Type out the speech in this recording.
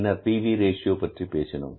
பின்னர் P V ratio பற்றி பேசினோம்